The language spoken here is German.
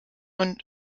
und